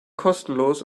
kostenlos